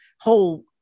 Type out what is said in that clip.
whole